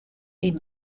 est